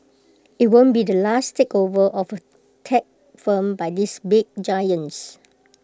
IT won't be the last takeover of tech firm by these big giants